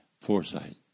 foresight